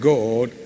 God